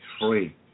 free